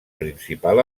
principal